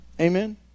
Amen